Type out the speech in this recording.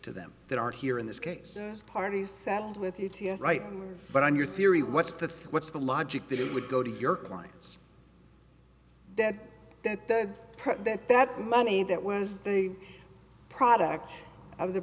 to them that are here in this case parties saddled with u t s right but on your theory what's the what's the logic that it would go to your clients that that that that money that was the product of the